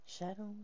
Shadows